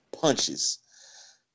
punches